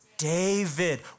David